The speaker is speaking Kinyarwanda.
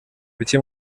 kuki